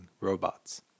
robots